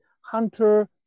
hunter